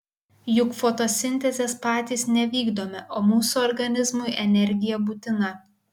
juk fotosintezės patys nevykdome o mūsų organizmui energija būtina